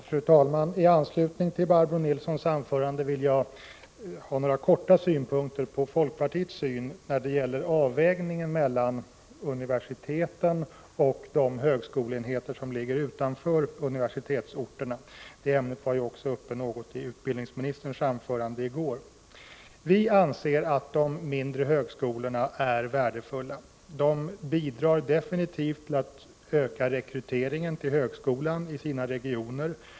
Fru talman! I anslutning till Barbro Nilssons anförande vill jag i korthet framföra några synpunkter från folkpartiet när det gäller avvägningen mellan universiteten och de högskoleenheter som ligger utanför universitetsorterna. Detta var också uppe något i utbildningsministerns anförande i går. Vi anser att de mindre högskolorna är värdefulla. De bidrar definitivt till att öka rekryteringen till högskolan i sina regioner.